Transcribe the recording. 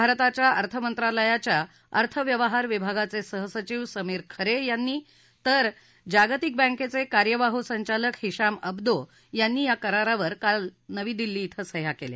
भारताच्या अर्थमंत्रालयाच्या अर्थ व्यवहार विभागाचे सहसचिव समीर खरे यांनी तर जागतिक बँकेचे कार्यवाहू संचालक हिशाम अब्दो यांनी या करारावर काल नवी दिल्ली इथं सह्या केल्या